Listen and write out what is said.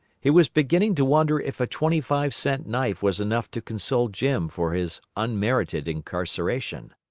he was beginning to wonder if a twenty-five-cent knife was enough to console jim for his unmerited incarceration.